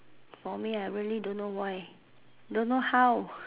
for me I really don't know why don't know how